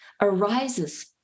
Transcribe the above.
arises